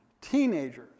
teenagers